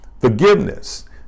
Forgiveness